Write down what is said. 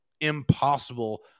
impossible